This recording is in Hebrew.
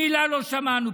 מילה לא שמענו.